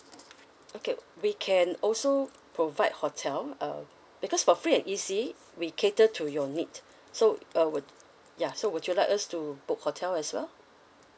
okay we can also provide hotel uh because for free and easy we cater to your needs so uh ya so would you like us to book hotel as well